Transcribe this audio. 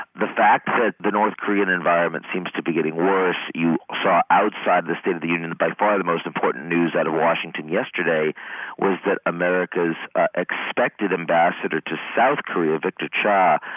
the fact that the north korean environment seems to be getting worse you saw outside the state of the union by far the most important news out of washington yesterday was that america's expected ambassador to south korea, victor cha,